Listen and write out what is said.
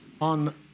on